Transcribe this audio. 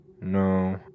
No